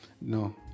No